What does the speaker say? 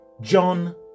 John